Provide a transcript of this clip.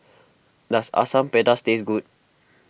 does Asam Pedas taste good